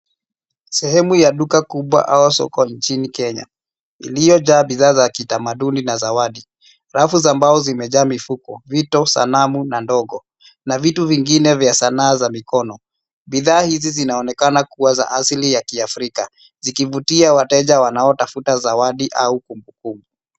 Sehemu ya duka kubwa au soko nchini Kenya, iliyojaa bidhaa za kitamaduni na zawadi. Rafu za mbao zimejaa mifuko, vito, sanamu, na ndogo, na vitu vingine vya sanaa za mikono. Bidhaa hizi zinaonekana kuwa za asili ya kiafrika, zikivutia wateja wanaotafuta zawadi au kumbukumbu.